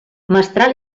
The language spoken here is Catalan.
mestral